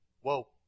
Whoa